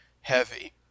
heavy